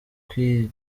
kugwingira